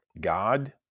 God